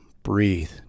Breathe